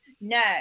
No